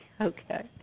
Okay